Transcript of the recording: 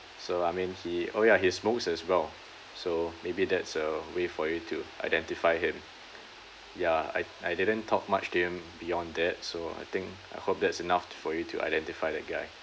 so I mean he oh ya his smokes as well so maybe that's a way for you to identify him ya I I didn't talk much to him beyond that so I think I hope that's enough for you to identify the guy